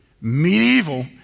Medieval